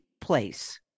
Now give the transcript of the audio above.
place